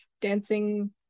dancing